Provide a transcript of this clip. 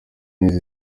neza